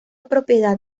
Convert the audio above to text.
propiedad